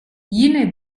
yine